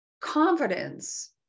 confidence